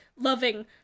loving